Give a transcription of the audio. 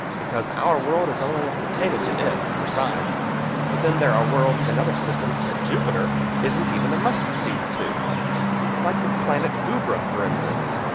because our world is only a potato to it, for size but then there are worlds in other systems that jupiter isn't even a mustard-seed to like the planet goobra, for instance,